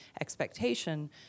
expectation